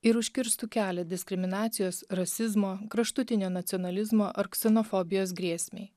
ir užkirstų kelią diskriminacijos rasizmo kraštutinio nacionalizmo ar ksenofobijos grėsmei